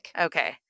Okay